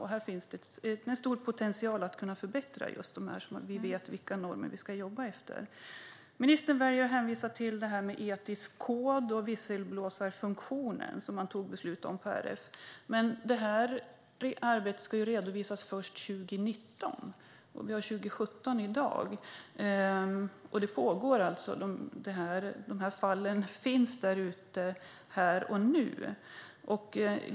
Här finns en stor potential att förbättra, så att vi vet vilka normer vi ska jobba efter. Ministern väljer att hänvisa till en etisk kod och en visselblåsarfunktion som RF har fattat beslut om. Men det arbetet ska redovisas först 2019, och det är 2017 i dag. Fallen finns där ute här och nu.